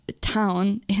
town